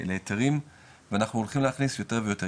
להיתרים, ואנחנו הולכים להכניס יותר ויותר.